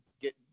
get